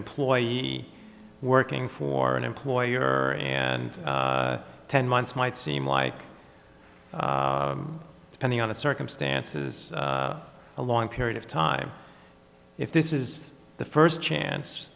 employee working for an employer and ten months might seem like depending on the circumstances a long period of time if this is the first chance